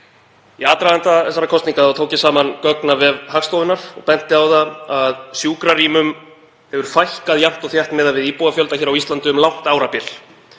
Í aðdraganda þessara kosninga tók ég saman gögn af vef Hagstofunnar og benti á það að sjúkrarýmum hefur fækkað jafnt og þétt miðað við íbúafjölda á Íslandi um langt árabil,